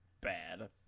bad